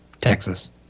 Texas